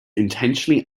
intentionally